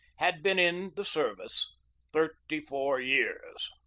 had been in the service thirty-four years.